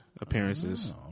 appearances